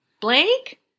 Blake